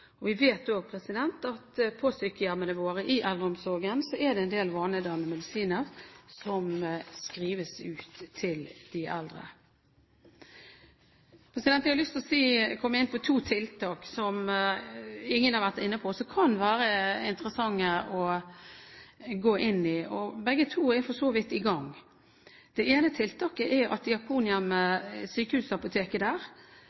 mangler. Vi vet også at på sykehjemmene våre, i eldreomsorgen, er det en del vanedannende medisiner som skrives ut til de eldre. Jeg har lyst til å komme inn på to tiltak som ingen har vært inne på, men som kan være interessante å gå inn i. Begge to er for så vidt i gang. Det ene er at sykehusapoteket ved Diakonhjemmet – representanten Andersen var jo også inne på apotek – har startet et tilbud der